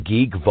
Geek